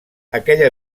aquella